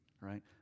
right